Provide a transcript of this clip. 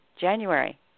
January